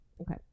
Okay